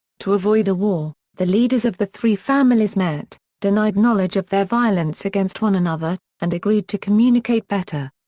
to avoid a war, the leaders of the three families met, denied knowledge of their violence against one another, and agreed to communicate better.